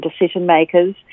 decision-makers